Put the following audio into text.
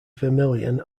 vermilion